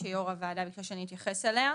שיו"ר הוועדה ביקשה שאני אתייחס אליה.